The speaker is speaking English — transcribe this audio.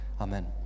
Amen